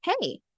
Hey